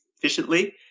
efficiently